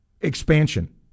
expansion